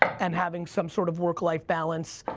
and having some sort of work life balance,